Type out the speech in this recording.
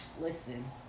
Listen